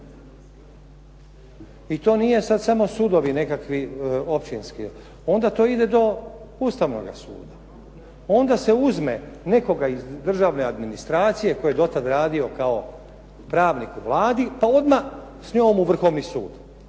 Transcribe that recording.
I to nije sad samo sudovi nekakvi općinski, onda to ide do Ustavnoga suda. Onda se uzme nekoga iz državne administracije koji je dotad radio kao pravnik u Vladi, pa odmah s njom u Ustavni sud.